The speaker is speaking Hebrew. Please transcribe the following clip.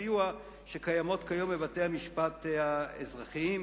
הסיוע שקיימות כיום בבתי-המשפט האזרחיים.